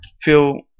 feel